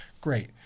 Great